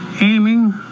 aiming